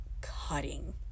cutting